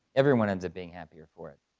everyone ends up being happier for it.